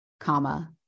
comma